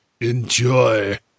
enjoy